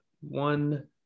one –